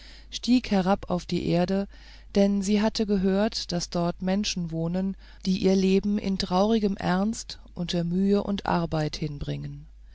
stieg herab auf die erde denn sie hatte gehört daß dort menschen wohnen die ihr leben in traurigem ernst unter mühe und arbeit hinbringen